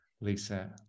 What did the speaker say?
Lisa